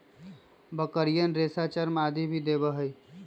बकरियन रेशा, चर्म आदि भी देवा हई